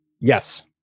Yes